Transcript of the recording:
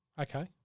Okay